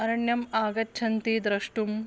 अरण्यम् आगच्छन्ति द्रष्टुम्